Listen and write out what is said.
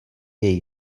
její